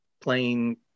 playing